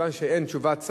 מכיוון שאין תשובת שר,